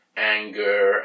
anger